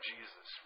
Jesus